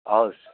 हवस्